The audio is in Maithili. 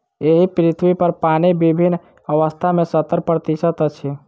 एहि पृथ्वीपर पानि विभिन्न अवस्था मे सत्तर प्रतिशत अछि